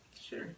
Sure